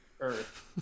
Earth